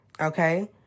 okay